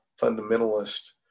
fundamentalist